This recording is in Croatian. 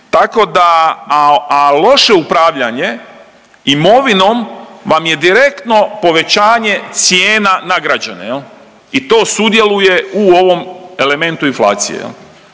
Tako da, a loše upravljanje imovinom vam je direktno povećanje cijena na građane i to sudjeluje u ovom elementu inflacije